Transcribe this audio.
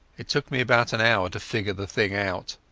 it took me about an hour to figure the thing out,